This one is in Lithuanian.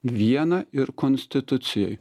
viena ir konstitucijoj